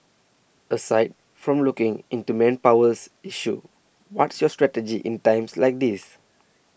aside from looking into manpowers issues what's your strategy in times like these